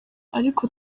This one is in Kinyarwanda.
ariko